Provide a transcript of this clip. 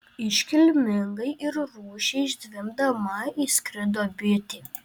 iškilmingai ir rūsčiai zvimbdama įskrido bitė